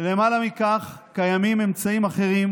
למעלה מכך, קיימים אמצעים אחרים